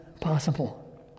possible